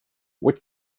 what